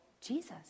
Jesus